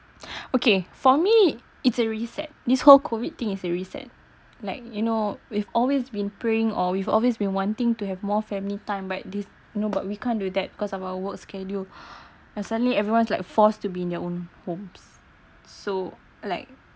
okay for me it's a reset this whole COVID thing is a reset like you know we've always been praying or we've always been wanting to have more family time but this no but we can't do that because of our work schedule suddenly everyone's like forced to be in their own homes so like